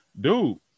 dude